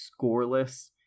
scoreless